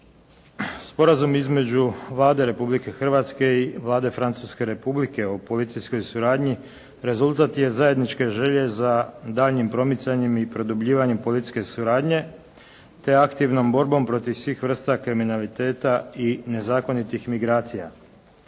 Sporazum između Vlade Republike Hrvatske i Vlade Francuske Republike o policijskoj suradnji rezultat je zajedničke želje za daljnjim promicanjem i produbljivanjem policijske suradnje te aktivnom borbom protiv svih vrsta kriminaliteta i nezakonitih migracija.